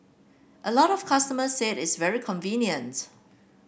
a lot of customers said it's very convenient